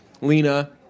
Lena